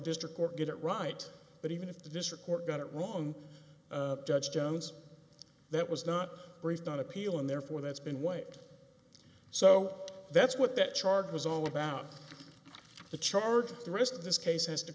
district court get it right but even if the district court got it wrong judge jones that was not briefed on appeal and therefore that's been waived so that's what that charge was all about the charges the rest of this case has to